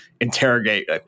interrogate